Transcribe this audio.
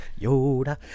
Yoda